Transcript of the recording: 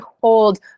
hold